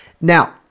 Now